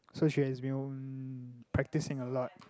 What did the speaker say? so she has been practicing a lot